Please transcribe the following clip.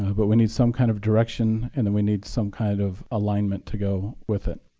ah but we need some kind of direction and then we need some kind of alignment to go with it.